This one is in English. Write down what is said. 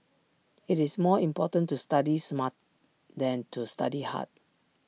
IT is more important to study smart than to study hard